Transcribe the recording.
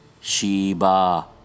Sheba